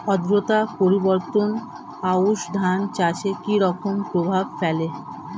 আদ্রতা পরিবর্তন আউশ ধান চাষে কি রকম প্রভাব ফেলে?